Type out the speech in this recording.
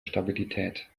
stabilität